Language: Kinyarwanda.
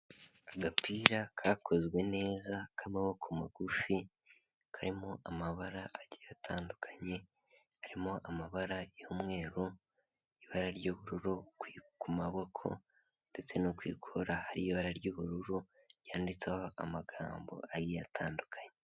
Agapira kakozwe neza k'amaboko magufi karimo amabara atandukanye, harimo amabara y'umweru ibara ry'ubururu ku maboko ndetse no kwikora hari ibara ry'ubururu ryanditseho amagambo agiye atandukanye.